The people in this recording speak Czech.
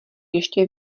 ještě